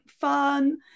fun